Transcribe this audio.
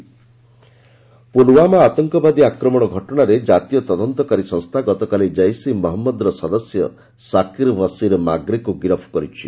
ପୁଲୱାମା ପୁଲୱାମା ଆତଙ୍କବାଦୀ ଆକ୍ରମଣ ଘଟଣାରେ ଜାତୀୟ ତଦନ୍ତକାରୀ ସଂସ୍ଥା ଗତକାଲି ଜୈସ ଇ ମହଞ୍ମଦର ସଦସ୍ୟ ସାର୍କର ବସୀର ମାର୍ଗେକୁ ଗିରଫ୍ କରିଛି